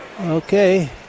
Okay